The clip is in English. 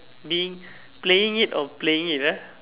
being playing it or playing it ah